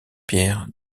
pierre